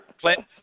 Clint